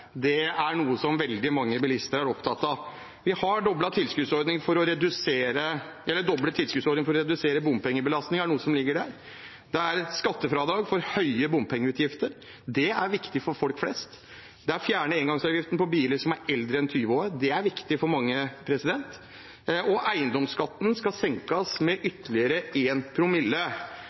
Det er noe veldig mange bilister er opptatt av. Vi har doblet tilskuddsordningen for å redusere bompengebelastningen. Det er noe som ligger der. Det er skattefradrag for høye bompengeutgifter. Det er viktig for folk flest. Vi fjerner engangsavgiften på biler som er eldre enn 20 år. Det er viktig for mange. Eiendomsskatten skal senkes med ytterligere 1 promille.